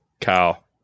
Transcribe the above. Kyle